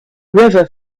river